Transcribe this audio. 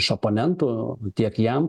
iš oponentų tiek jam